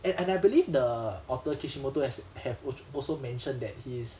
and and I believe the author kishimoto has have oco~ also mentioned that he is